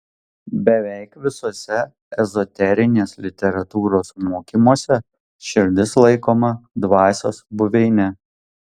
beveik visuose ezoterinės literatūros mokymuose širdis laikoma dvasios buveine